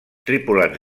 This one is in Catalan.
tripulants